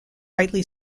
rightly